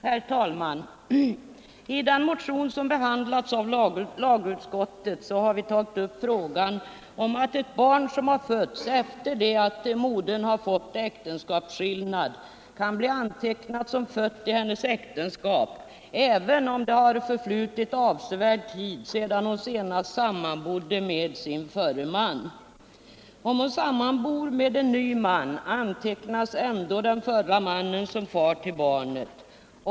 Herr talman! I den motion som behandlats av lagutskottet har vi tagit upp frågan om att ett barn som fötts efter det att modern fått äktenskapsskillnad kan bli antecknat som fött i hennes äktenskap även om det förflutit avsevärd tid sedan hon sammanbodde med sin förre man. Även om hon sammanbor med en ny man antecknas den förre mannen som far till barnet.